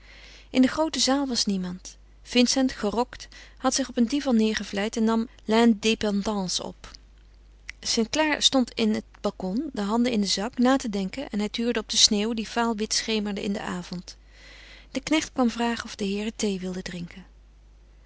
in de groote zaal was niemand vincent gerokt had zich op een divan neêrgevlijd en nam l'indépendance op st clare stond in het balcon de handen in den zak na te denken en hij tuurde op de sneeuw die vaalwit schemerde in den avond de knecht kwam vragen of de heeren thee wilden drinken